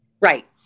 Right